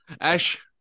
Ash